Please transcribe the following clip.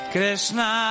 Krishna